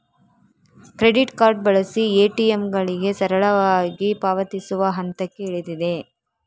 credit card ಬಳಸಿ ಎ.ಟಿ.ಎಂಗಳಿಗೆ ಸರಳವಾಗಿ ಪಾವತಿಸುವ ಹಂತಕ್ಕೆ ಇಳಿದಿದೆ